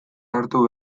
hartu